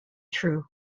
true